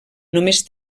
només